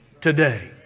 today